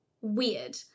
weird